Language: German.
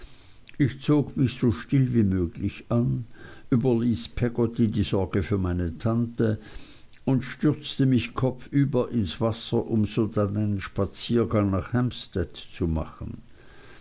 ich zog mich so still wie möglich an überließ peggotty die sorge für meine tante und stürzte mich kopfüber ins wasser um sodann einen spaziergang nach hamptstead zu machen